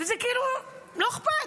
וכאילו לא אכפת.